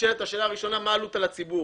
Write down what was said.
השאלה הראשונה שנשאלת היא מה העלות על הציבור.